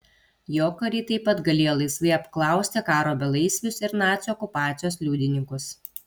jo kariai taip pat galėjo laisvai apklausti karo belaisvius ir nacių okupacijos liudininkus